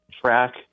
track